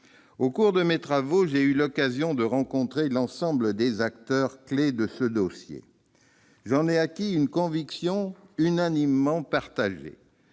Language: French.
Au cours de mes travaux, j'ai eu l'occasion de rencontrer l'ensemble des acteurs clés de ce dossier. J'en ai acquis une conviction unanimement partagée